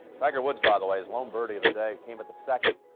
tiger woods by the way his lone birdie of the day came at the second.